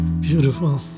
Beautiful